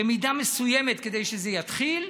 במידה מסוימת, כדי שזה יתחיל,